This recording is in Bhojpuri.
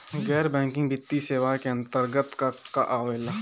गैर बैंकिंग वित्तीय सेवाए के अन्तरगत का का आवेला?